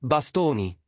Bastoni